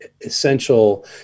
essential